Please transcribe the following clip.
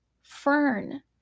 fern